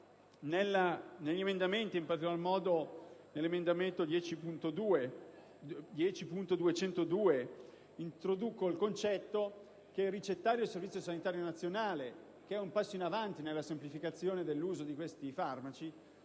nell'emendamento 10.202, introduco il concetto che il ricettario del Servizio sanitario nazionale, che rappresenta un passo in avanti nella semplificazione dell'uso di questi farmaci,